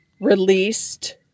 released